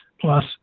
plus